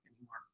anymore